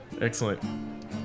Excellent